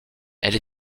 elle